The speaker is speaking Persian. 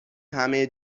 همه